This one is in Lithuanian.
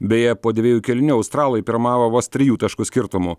beje po dviejų kėlinių australai pirmavo vos trijų taškų skirtumu